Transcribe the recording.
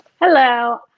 Hello